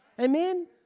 Amen